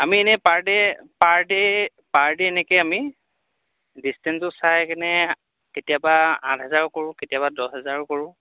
আমি এনেই per day per day per day এনেকৈ আমি ডিচটেঞ্চটো চাই কেনে কেতিয়াবা আঠ হেজাৰো কৰোঁ কেতিয়াবা দছ হেজাৰো কৰোঁ